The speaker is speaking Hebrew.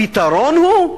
הפתרון הוא,